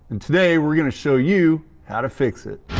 and today we're gonna show you how to fix it!